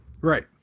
Right